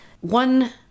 one